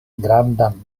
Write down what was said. grandan